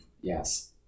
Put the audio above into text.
yes